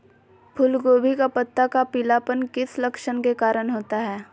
फूलगोभी का पत्ता का पीलापन किस लक्षण के कारण होता है?